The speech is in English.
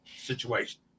situation